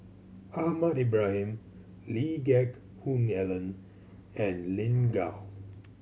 Ahmad Ibrahim Lee Geck Hoon Ellen and Lin Gao